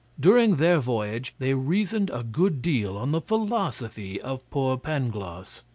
during their voyage they reasoned a good deal on the philosophy of poor pangloss.